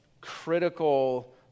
critical